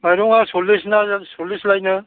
माइरंआ सल्लिस ना सल्लिस लायनो